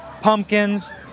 pumpkins